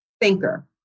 thinker